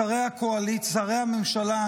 שרי הממשלה,